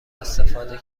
استفاده